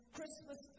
Christmas